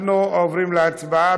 אנחנו עוברים להצבעה.